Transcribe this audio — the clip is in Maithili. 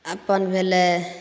अपन भेलय